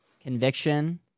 conviction